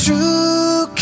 True